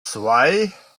zwei